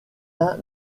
uns